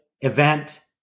event